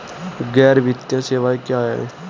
गैर वित्तीय सेवाएं क्या हैं?